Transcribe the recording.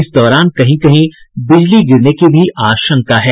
इस दौरान कहीं कहीं बिजली गिरने की भी आशंका है